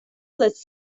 les